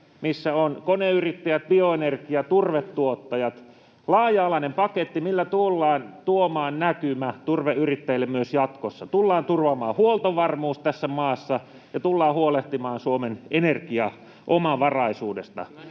missä ovat koneyrittäjät, bioenergia- ja turvetuottajat, laaja-alaista pakettia, millä tullaan tuomaan näkymä turveyrittäjille myös jatkossa, tullaan turvaamaan huoltovarmuus tässä maassa ja tullaan huolehtimaan Suomen energiaomavaraisuudesta.